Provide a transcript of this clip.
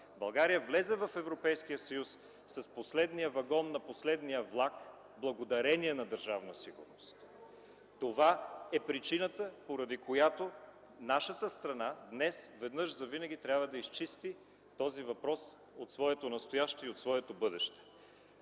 България влезе в Европейския съюз с последния вагон на последния влак благодарение на Държавна сигурност. Това е причината, поради която нашата страна днес веднъж завинаги трябва да изчисти този въпрос от своето настояще и от своето бъдеще!